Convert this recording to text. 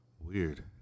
weird